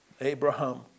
Abraham